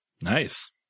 Nice